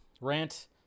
rant